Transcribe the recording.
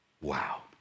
Wow